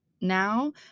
now